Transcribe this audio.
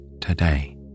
today